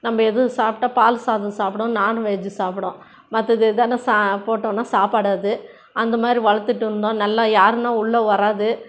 நம்ம எதுவும் சாப்பிட்டா பால் சாதம் சாப்பிடும் நான்வெஜ்ஜு சாப்பிடும் மற்றது எதனால் சா போட்டோம்னால் சாப்பிடாது அந்த மாதிரி வளர்த்துட்டு இருந்தோம் நல்ல யாருனால் உள்ளே வராது